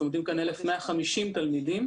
לומדים כאן 1,150 תלמידים.